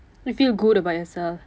you feel good about yourself